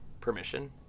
permission